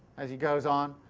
as he goes on,